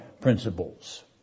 principles